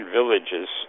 villages